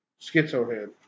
Schizohead